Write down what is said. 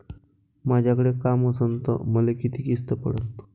मायाकडे काम असन तर मले किती किस्त पडन?